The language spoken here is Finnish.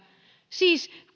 siis